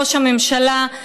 ראש הממשלה,